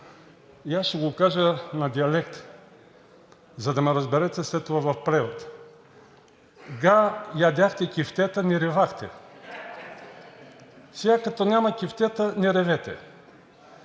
и аз ще го кажа на диалект, за да ме разберете след това в превод: „Га ядяхте кифтета, не ревахте. Сега като няма кифтета, ревете!“